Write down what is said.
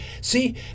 see